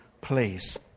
please